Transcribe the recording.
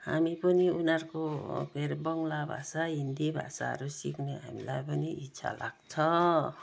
हामी पनि उनीहरूको फेरि बङ्गला भाषा हिन्दी भाषाहरू सिक्ने हामीलाई पनि इच्छा लाग्छ